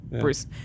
Bruce